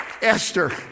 Esther